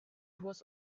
was